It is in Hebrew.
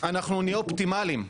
אנחנו נהיה אופטימליים,